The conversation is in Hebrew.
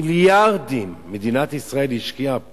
מיליארדים מדינת ישראל השקיעה פה.